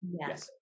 yes